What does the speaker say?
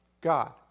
God